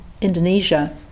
Indonesia